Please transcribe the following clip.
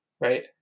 right